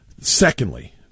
Secondly